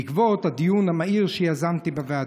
בעקבות הדיון המהיר שיזמתי בוועדה.